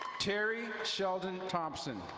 terry sheldon thompson.